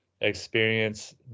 experience